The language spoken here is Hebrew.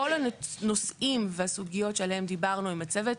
כל הנושאים והסוגיות שעליהן דיברנו עם הצוות,